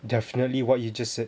definitely what you just said